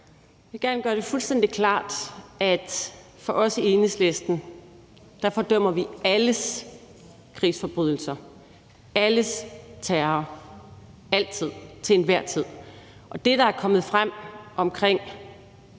vil gerne gøre det fuldstændig klart, at i Enhedslisten fordømmer vi alles krigsforbrydelser og alles terror, altid og til enhver tid. Og det, der er kommet frem omkring